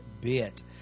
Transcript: bit